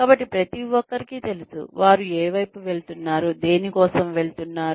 కాబట్టి ప్రతి ఒక్కరికి తెలుసు వారు ఏ వైపు వెళుతున్నారు దేనికోసం వెళుతున్నారు